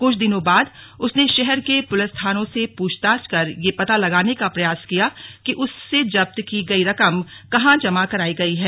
क्छ दिनों बाद उसने शहर के पुलिस थानों से पूछताछ कर यह पता लगाने का प्रयास किया कि उससे जब्त की गयी रकम कहां जमा करायी गयी है